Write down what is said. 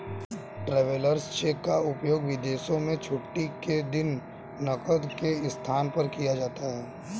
travellers cheque का उपयोग विदेशों में छुट्टी के दिन नकद के स्थान पर किया जाता है